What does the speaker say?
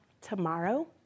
tomorrow